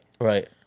Right